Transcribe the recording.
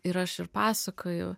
ir aš ir pasakoju